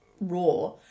raw